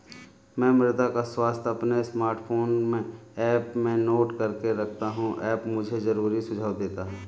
मैं मृदा का स्वास्थ्य अपने स्मार्टफोन में ऐप में नोट करके रखता हूं ऐप मुझे जरूरी सुझाव देता है